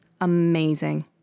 amazing